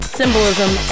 symbolism